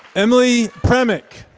emily pramik.